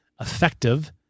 effective